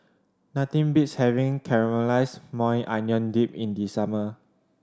nothing beats having Caramelized Maui Onion Dip in the summer